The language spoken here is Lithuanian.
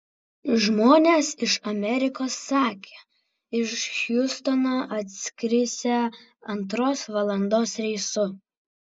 žmonės iš amerikos sakė iš hjustono atskrisią antros valandos reisu